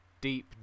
deep